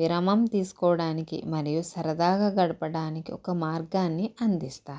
విరామం తీసుకోడానికి మరియు సరదాగా గడపడానికి ఒక మార్గాన్ని అందిస్తాయి